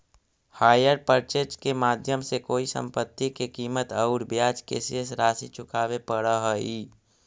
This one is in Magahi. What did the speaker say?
हायर पर्चेज के माध्यम से कोई संपत्ति के कीमत औउर ब्याज के शेष राशि चुकावे पड़ऽ हई